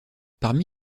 parmi